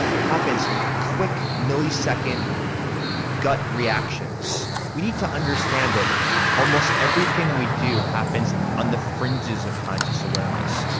it happens quick millisecond gut reactions we need to understand that almost everything we do happens on the fringes of conscious awareness.